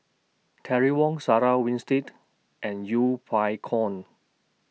Terry Wong Sarah Winstedt and Yeng Pway